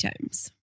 times